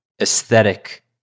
aesthetic